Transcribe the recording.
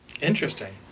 Interesting